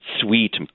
sweet